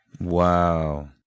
Wow